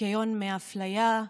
ניקיון מאפליה,